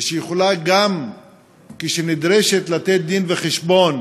ושיכולה גם כשנדרשת לתת דין-וחשבון